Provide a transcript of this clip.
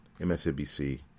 MSNBC